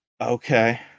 Okay